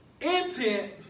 intent